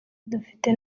dufite